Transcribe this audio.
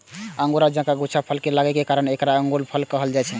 अंगूर जकां गुच्छा मे फल लागै के कारण एकरा अंगूरफल कहल जाइ छै